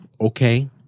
Okay